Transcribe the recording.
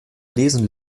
lesen